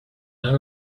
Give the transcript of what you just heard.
lot